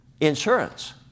insurance